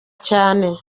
cyane